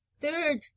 third